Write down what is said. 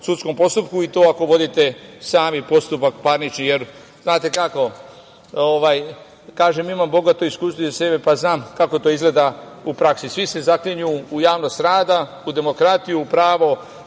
sudskom postupku i to ako vodite sami postupak parnični, jer znate kako, kažem, imam bogato iskustvo iza sebe, pa znam kako to izgleda u praksi, svi se zaklinju u javnost rada, u demokratiju, u pravo,